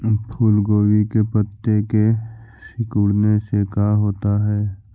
फूल गोभी के पत्ते के सिकुड़ने से का होता है?